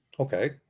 okay